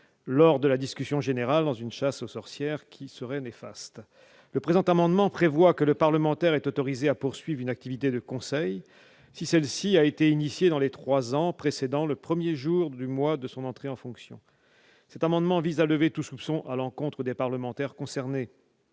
lors de la discussion générale, dans une chasse aux sorcières qui serait néfaste. Le présent amendement prévoit que le parlementaire est autorisé à poursuivre une activité de conseil si celle-ci a été initiée dans les trois ans précédant le premier jour du mois de son entrée en fonction. Cet amendement vise à lever tout soupçon à l'encontre des parlementaires concernés.